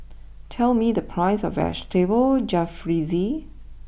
tell me the price of Vegetable Jalfrezi